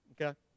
Okay